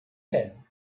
peine